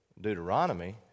Deuteronomy